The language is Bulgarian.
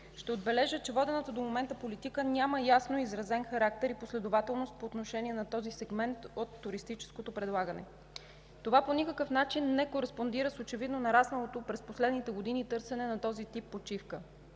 ще отбележа, че водената до момента политика няма ясно изразен характер и последователност по отношение на този сегмент от туристическото предлагане. Това по никакъв начин не кореспондира с очевидно нарасналото през последните години търсене на този тип почивка.